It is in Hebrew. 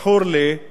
שבכנסת,